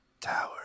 Tower